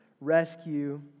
rescue